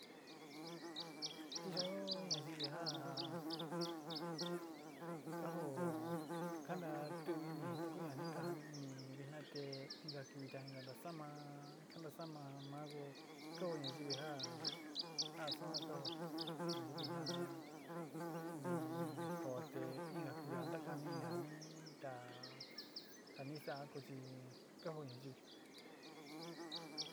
Yo ñayivi ja ka joó ka ntaatú ini nu ku ni ka nikajani ini vina te inka kivi te ni ka ntasáma kantasáma ma kó kaó ñayivi ja ja suan ka joó yuan ku vina ni kao te inka kivi a ntakaini ja ni ntá ja ni saa ko chi ka jó nayú.